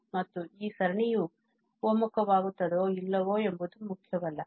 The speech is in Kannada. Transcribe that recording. ಮತ್ತು ಈ ಸರಣಿಯು ಒಮ್ಮುಖ ವಾಗುತ್ತದೋ ಇಲ್ಲವೋ ಎಂಬುದು ಮುಖ್ಯವಲ್ಲ